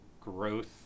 growth